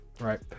right